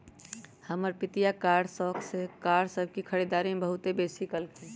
हमर पितिया कार के शौख में कार सभ के खरीदारी में बहुते बेशी निवेश कलखिंन्ह